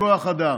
בכוח אדם.